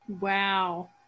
Wow